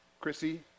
Chrissy